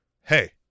Hey